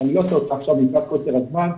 שאני לא אעשה אותה עכשיו מפאת קוצר הזמן,